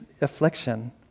affliction